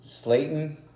Slayton